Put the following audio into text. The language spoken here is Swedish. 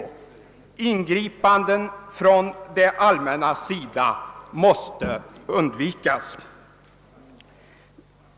Ingripanden från det allmännas sida måste undvikas.